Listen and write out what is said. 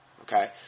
Okay